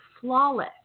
flawless